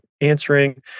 answering